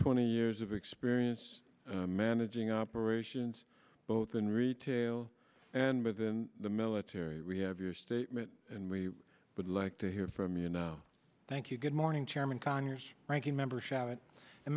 twenty years of experience managing operations both in retail and within the military we have your statement and we would like to hear from you now thank you good morning chairman conyers ranking member